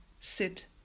Sit